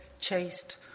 chased